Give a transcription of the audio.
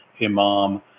imam